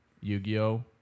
Yu-Gi-Oh